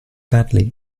badly